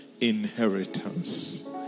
inheritance